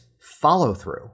follow-through